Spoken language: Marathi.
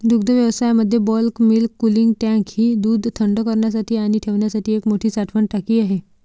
दुग्धव्यवसायामध्ये बल्क मिल्क कूलिंग टँक ही दूध थंड करण्यासाठी आणि ठेवण्यासाठी एक मोठी साठवण टाकी आहे